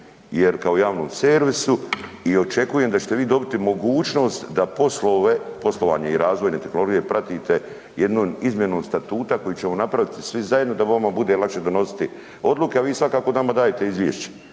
kao javnom servisu i očekujem da ćete vi dobiti mogućnost da poslovanje i razvojne tehnologije pratite jednom izmjenom statuta koji ćemo napraviti svi zajedno da vama bude lakše donositi odluke, a vi nama svakako dajte izvješće